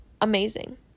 amazing